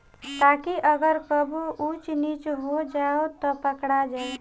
ताकि अगर कबो कुछ ऊच नीच हो जाव त पकड़ा जाए